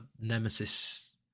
nemesis